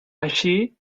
així